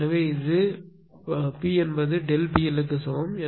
எனவே இது p என்பது PL க்கு சமம்